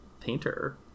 painter